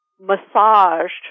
massaged